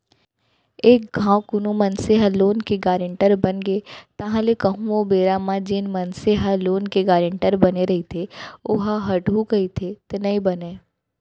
एक घांव कोनो मनसे ह लोन के गारेंटर बनगे ताहले कहूँ ओ बेरा म जेन मनसे ह लोन के गारेंटर बने रहिथे ओहा हटहू कहिथे त नइ बनय